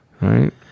right